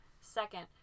Second